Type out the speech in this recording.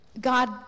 God